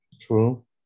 True